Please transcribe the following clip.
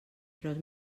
preus